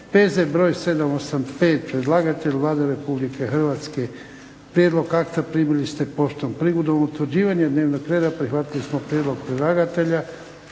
P.Z. broj 785 Predlagatelj Vlada Republike Hrvatske. Prijedlog akta primili ste poštom. Prigodom utvrđivanja dnevnog reda prihvatili smo prijedlog predlagatelja